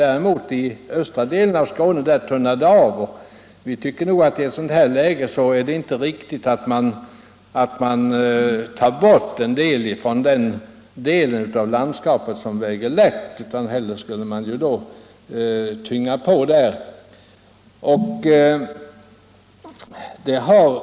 Den östra delen av Skåne däremot är glesare befolkad. Vi tycker att det i ett sådant läge inte är riktigt att man tar bort en utbildningsplats från den del av landskapet som väger lätt; hellre skulle man tynga på där.